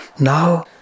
Now